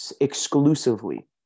exclusively –